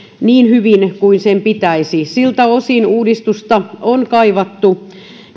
niin hyvin kuin sen pitäisi siltä osin uudistusta on kaivattu